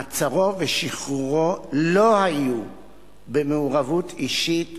מעצרו ושחרורו לא היו במעורבות אישית